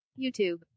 YouTube